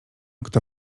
kto